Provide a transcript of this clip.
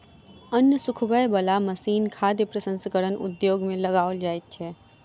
अन्न सुखबय बला मशीन खाद्य प्रसंस्करण उद्योग मे लगाओल जाइत छै